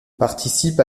participe